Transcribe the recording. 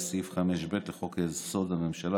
וסעיף 5ב לחוק הממשלה,